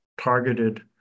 targeted